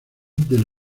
del